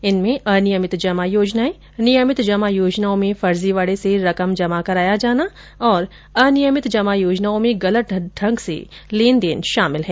इसमें अनियमित जमा योजनाएं नियमित जमा योजनाओं में फर्जीवाड़े से रकम जमा कराया जाना और अनियमित जमा योजनाओं में गलत ढंग से लेन देन शामिल हैं